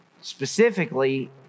Specifically